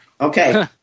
Okay